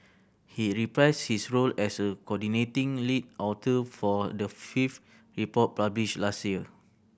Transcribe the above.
he reprised his role as a coordinating lead author for the fifth report published last year